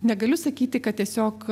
negaliu sakyti kad tiesiog